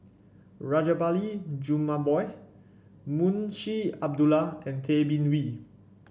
Rajabali Jumabhoy Munshi Abdullah and Tay Bin Wee